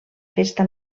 festa